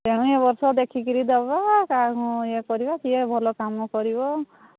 ତେଣୁ ଏ ବର୍ଷ ଦେଖିକରି ଦେବା କାହାକୁ ଇଏ କରିବା କିଏ ଭଲ କାମ କରିବ